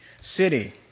City